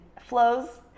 flows